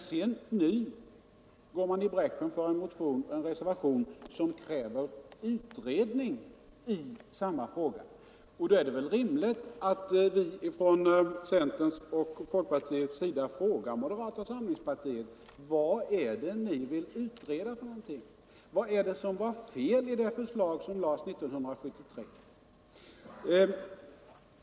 Men nu går man i bräschen för en reservation som kräver utredning i samma fråga. Då är det väl rimligt att vi från centern och folkpartiet frågar moderata samlingspartiet: Vad är det ni vill utreda för någonting? Vad är det som var fel i det förslag som lades fram 1973?